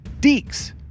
Deeks